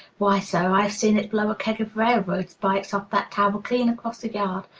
why, sir, i've seen it blow a keg of railroad spikes off that tower clean across the yard.